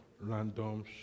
random